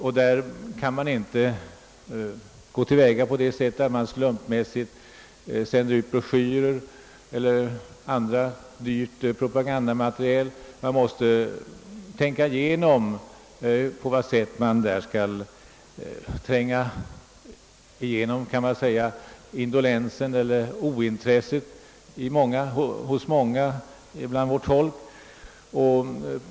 Därvid kan man inte gå till väga på det sättet att man slumpvis sänder ut broschyrer eller annat dyrt propagandamaterial, utan man måste tänka igenom på vad sätt vi skall kunna tränga igenom indolensen hos många i vårt folk.